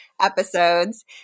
episodes